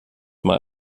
mal